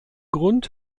grund